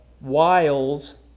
wiles